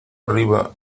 arriba